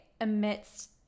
amidst